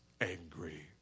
angry